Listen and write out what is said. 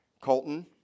Colton